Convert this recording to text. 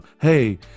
hey